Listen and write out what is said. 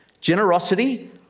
generosity